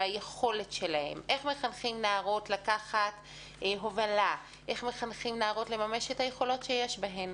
איך מחנכים נערות לקחת הובלה ולממש את היכולות שלהן.